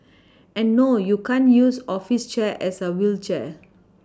and no you can't use office chair as a wheelchair